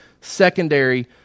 secondary